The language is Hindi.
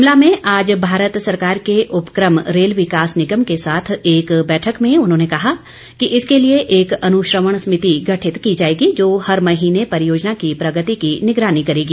शिमला में आज भारत सरकार के उपक्रम रेल विकास निगम के साथ एक बैठक में उन्होंने कहा कि इसके लिए एक अनुश्रवण समिति गठित की जाएगी जो हर महीने परियोजना की प्रगति की निगरानी करेगी